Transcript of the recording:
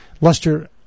Lester